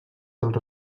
els